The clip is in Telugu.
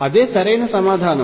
అదే సరైన సమాధానం